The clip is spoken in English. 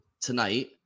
Tonight